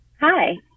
Hi